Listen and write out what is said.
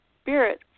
spirit